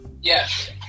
yes